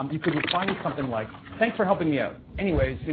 um you could reply with something like, thanks for helping me out. anyways, i mean